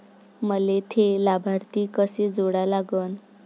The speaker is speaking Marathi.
मले थे लाभार्थी कसे जोडा लागन?